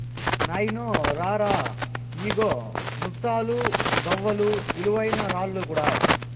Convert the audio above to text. నాయినో రా రా, ఇయ్యిగో ముత్తాలు, గవ్వలు, విలువైన రాళ్ళు కూడా